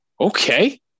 okay